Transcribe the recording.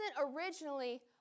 originally